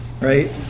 right